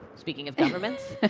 speaking of governments. ah